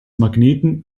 magneten